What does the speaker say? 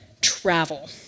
Travel